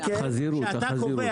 החזירות.